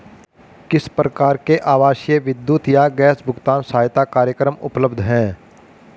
किस प्रकार के आवासीय विद्युत या गैस भुगतान सहायता कार्यक्रम उपलब्ध हैं?